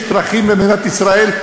יש צרכים למדינת ישראל,